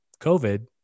COVID